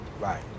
Right